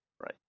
Right